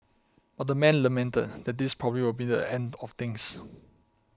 but the man lamented that this probably won't be the end to things